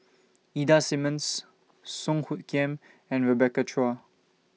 Ida Simmons Song Hoot Kiam and Rebecca Chua